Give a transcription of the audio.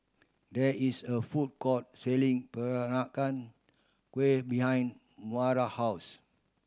there is a food court selling Peranakan Kueh behind Maura house